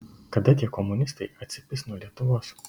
kada tie komunistai atsipis nuo lietuvos